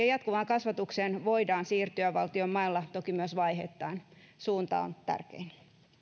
jatkuvaan kasvatukseen voidaan siirtyä valtion mailla toki myös vaiheittain suunta on tärkein